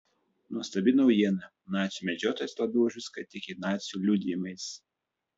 nuostabi naujiena nacių medžiotojas labiau už viską tiki nacių liudijimais